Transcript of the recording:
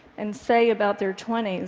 and say about their twenty s,